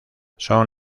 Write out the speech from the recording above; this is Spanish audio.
son